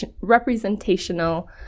representational